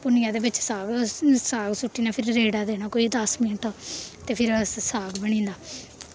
भुन्नियै ते बिच्च साग साग सु'ट्टी ना फिर रेड़ा देना कोई दस मिंट ते फिर स स साग बनी जंदा